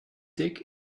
dick